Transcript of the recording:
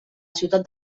ciutat